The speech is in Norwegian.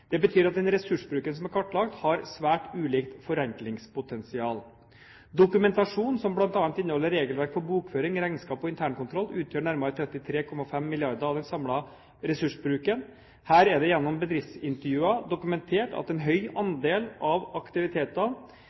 Det betyr at den ressursbruken som er kartlagt, har svært ulikt forenklingspotensial. Dokumentasjon, som bl.a. inneholder regelverk for bokføring, regnskap og intern kontroll, utgjør nærmere 33,5 mrd. kr av den samlede ressursbruken. Her er det gjennom bedriftsintervjuer dokumentert at en høy andel av